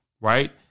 Right